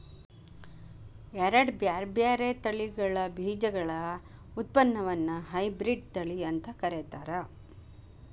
ಎರಡ್ ಬ್ಯಾರ್ಬ್ಯಾರೇ ತಳಿಗಳ ಬೇಜಗಳ ಉತ್ಪನ್ನವನ್ನ ಹೈಬ್ರಿಡ್ ತಳಿ ಅಂತ ಕರೇತಾರ